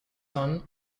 son